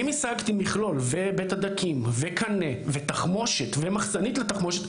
אם השגתי מכלול ובית הדקים וקנה ותחמושת ומחסנית לתחמושת,